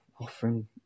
offering